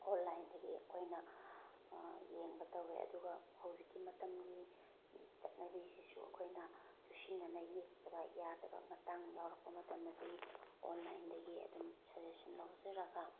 ꯑꯣꯟꯂꯥꯏꯟꯗꯒꯤ ꯑꯩꯈꯣꯏꯅ ꯌꯦꯡꯕ ꯇꯧꯑꯦ ꯑꯗꯨꯒ ꯍꯧꯖꯤꯛꯀꯤ ꯃꯇꯝꯒꯤ ꯆꯠꯅꯕꯤꯁꯤꯁꯨ ꯑꯩꯈꯣꯏꯅ ꯆꯨꯁꯤꯟꯅꯅ ꯌꯦꯛꯇꯕ ꯌꯥꯗꯕ ꯃꯇꯥꯡ ꯌꯥꯎꯔꯛꯄ ꯃꯇꯝꯗꯗꯤ ꯑꯣꯟꯀꯥꯏꯟꯗꯒꯤ ꯑꯗꯨꯝ ꯁꯖꯦꯁꯟ ꯂꯧꯖꯔꯒ